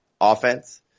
offense